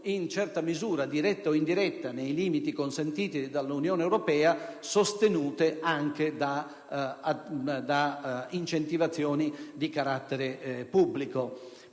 in certa misura diretta o indiretta e nei limiti consentiti dall'Unione europea, sostenute da incentivi di carattere pubblico,